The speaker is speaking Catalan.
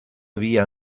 havia